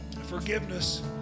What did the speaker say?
forgiveness